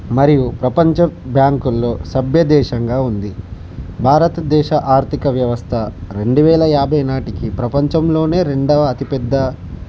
మరియు ప్రపంచ బ్యాంకులలో సభ్య దేశంగా ఉంది భారతీయ ఆర్థిక వ్యవస్థ రెండు వేల యాభై నాటికి ప్రపంచంలో రెండవ అతిపెద్ద